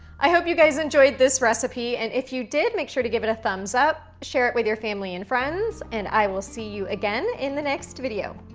i hope you guys enjoyed this recipe. and if you did, make sure to give it a thumbs up, share it with your family and friends, and i will see you again in the next video.